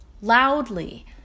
loudly